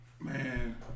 Man